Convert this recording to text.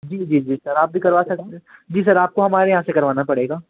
जी जी जी सर आप भी करवा सकते हैं जी सर आपको हमारे यहाँ से करवाना पड़ेगा